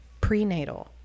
prenatal